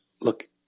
look